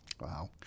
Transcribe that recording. wow